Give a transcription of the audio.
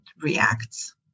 reacts